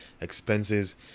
expenses